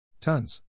Tons